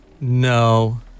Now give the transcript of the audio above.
No